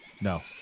no